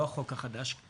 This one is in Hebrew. לא החוק החדש,